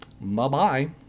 Bye-bye